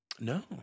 No